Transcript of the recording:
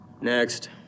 next